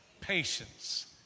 patience